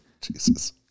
Jesus